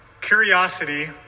curiosity